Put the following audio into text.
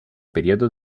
periodo